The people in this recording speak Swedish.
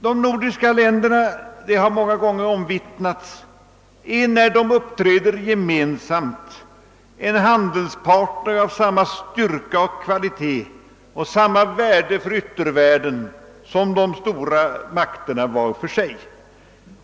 De nordiska länderna — det har många gånger omvittnats — är när de uppträder gemensamt en handelspartner av samma styrka och kvalitet och av samma värde för yttervärlden som de stora makterna var för sig.